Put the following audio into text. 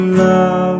love